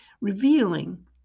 revealing